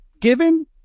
given